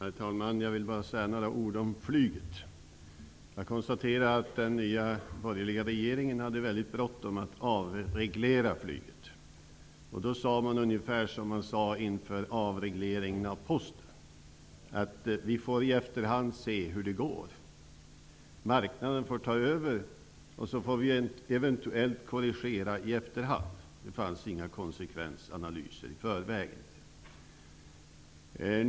Herr talman! Jag vill bara säga några ord om flyget. Jag konstaterar att den nya borgerliga regeringen hade väldigt bråttom att avreglera flyget. Man sade då ungefär som man hade sagt inför avregleringen av Posten: Vi får i efterhand se hur det går. Marknaden får ta över, och så får vi eventuellt korrigera i efterhand. Det fanns alltså inte några konsekvensanalyser i förväg.